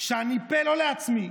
שאני פֶּה לא לעצמי,